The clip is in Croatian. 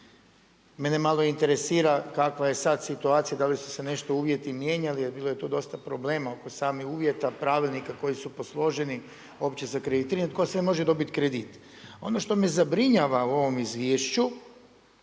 Mene malo interesira kakva je sada situacija, da li su se nešto uvjeti mijenjali jer bilo je tu dosta problema oko samih uvjeta, pravilnika koji su posloženi uopće sa kreditiranjem tko sve može dobiti kredit. Ono što me zabrinjava u ovome izvješću